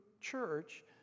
church